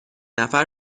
نفر